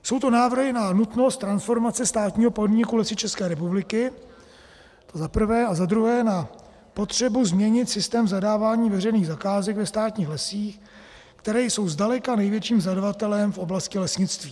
Jsou to návrhy na nutnost transformace státního podniku Lesy České republiky, to za prvé, a za druhé na potřebu změnit systém zadávání veřejných zakázek ve státních lesích, které jsou zdaleka největším zadavatelem v oblasti lesnictví.